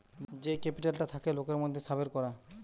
যেই ক্যাপিটালটা থাকে লোকের মধ্যে সাবের করা